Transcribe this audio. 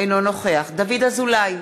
אינו נוכח דוד אזולאי,